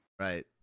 Right